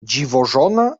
dziwożona